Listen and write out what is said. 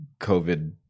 COVID